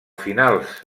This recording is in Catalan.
finals